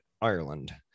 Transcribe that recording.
Ireland